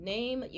Name